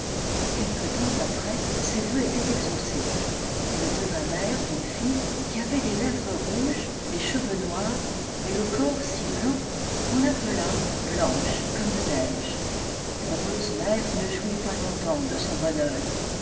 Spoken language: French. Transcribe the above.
quelque temps après ses vœux étaient exauces elle devintmère d'une fille qui avait les lèvres rou'es les cheveux noirs et le corps si blanc qu'on l'appela blanche comme neige l'heureuse mère ne jouit pas longtemps de son bonheur